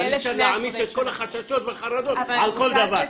אבל אי אפשר להעמיס את כל החששות והחרדות על כל דבר.